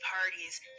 parties